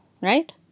right